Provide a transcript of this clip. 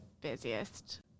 busiest